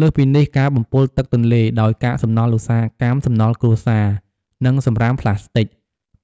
លើសពីនេះ ការបំពុលទឹកទន្លេ ដោយកាកសំណល់ឧស្សាហកម្ម សំណល់គ្រួសារ និងសំរាមប្លាស្ទិក